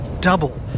double